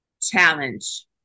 challenge